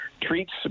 treats